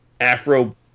afro